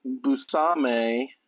Busame